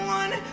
one